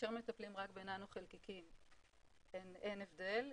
כאשר מטפלים רק בננו חלקיקים אין הבדל,